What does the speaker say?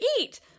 eat